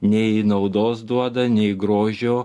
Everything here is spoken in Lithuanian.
nei naudos duoda nei grožio